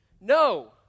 No